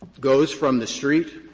goes from the street